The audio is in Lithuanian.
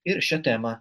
ir šia tema